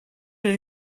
his